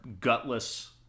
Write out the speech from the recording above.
gutless